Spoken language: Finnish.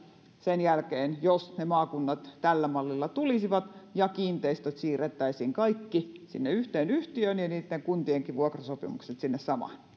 sen jälkeen jos ne maakunnat tällä mallilla tulisivat ja kiinteistöt siirrettäisiin kaikki sinne yhteen yhtiöön ja niitten kuntienkin vuokrasopimukset sinne samaan